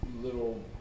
little